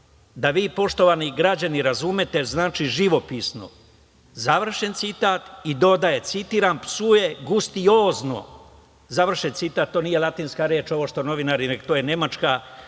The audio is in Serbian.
da vi, poštovani građani, razumete znači živopisno, završen citat i dodaje, citiram, psuje gustiozno, završen citat. To nije latinska reč. To je nemačka